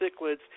cichlids